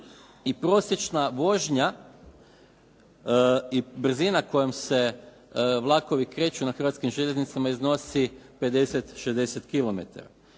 i prosječna vožnja i brzina kojom se vlakovi kreću na hrvatskim željeznicama iznosi 50-60